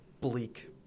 bleak